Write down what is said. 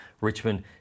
Richmond